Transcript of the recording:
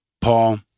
Paul